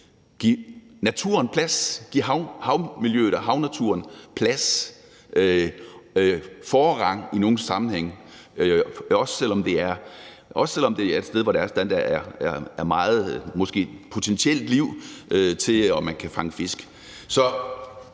give naturen plads, give havmiljøet og havnaturen plads, forrang i nogle sammenhænge, også selv om det er et sted, hvor der måske potentielt er meget liv, så man kan fange fisk.